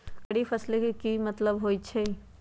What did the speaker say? खरीफ फसल के की मतलब होइ छइ?